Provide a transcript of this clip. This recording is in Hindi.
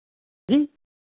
जी